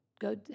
go